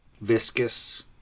viscous